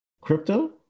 crypto